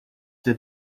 that